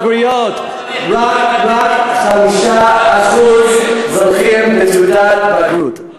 בגרויות, רק 5% זוכים לתעודת בגרות.